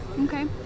Okay